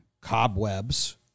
Cobwebs